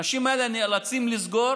האנשים האלה נאלצים לסגור